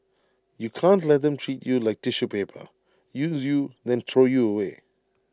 you can't let them treat you like tissue paper use you then throw you away